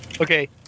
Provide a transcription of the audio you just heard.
Okay